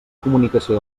comunicació